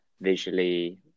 visually